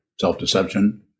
self-deception